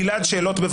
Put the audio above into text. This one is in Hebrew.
גלעד, שאלות.